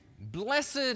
Blessed